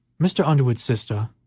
mr. underwood's sister,